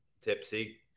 tipsy